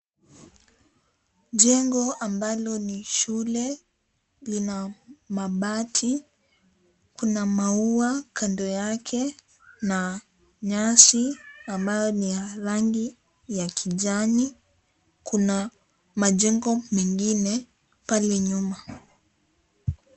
Jengo ambalo ni shule lina mabati. Kuna maua kando yake na nyasi, ambayo ni ya rangi ya kijani. Kuna majengo mingine pale nyuma.